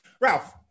Ralph